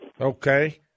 Okay